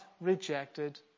rejected